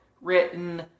written